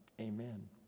Amen